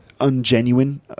Ungenuine